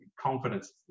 confidence